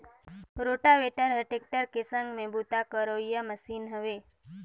rotavator हर tractor के संघ में बूता करोइया मसीन हवे